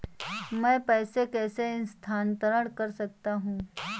मैं पैसे कैसे स्थानांतरण कर सकता हूँ?